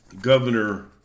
Governor